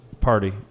Party